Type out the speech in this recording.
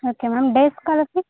okay ma'am days ஸ்காலர்ஸ்க்கு